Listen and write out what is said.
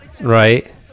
right